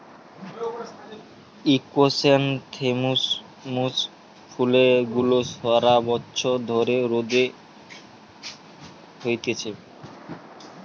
chrysanthemum ফুল গুলা সারা বছর ধরে রোদে হতিছে